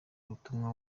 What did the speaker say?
butumwa